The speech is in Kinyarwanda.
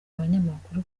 abanyamakuru